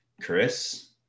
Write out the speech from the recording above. Chris